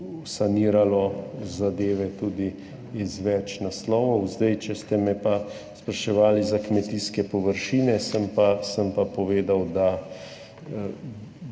saniralo zadeve tudi iz več naslovov. Če ste me spraševali za kmetijske površine, sem pa povedal, da